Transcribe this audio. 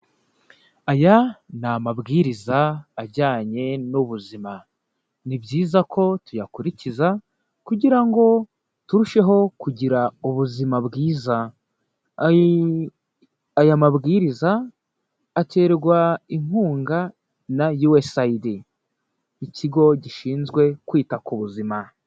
Aya ni amabwiriza ajyanye n'ubuzima, ni byiza ko tuyakurikiza kugira ngo turusheho kugira ubuzima bwiza, aya mabwiriza aterwa inkunga na USAID, ikigo gishinzwe kwita ku buzima.